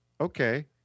okay